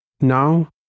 Now